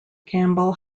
campbell